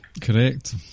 Correct